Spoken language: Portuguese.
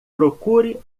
procure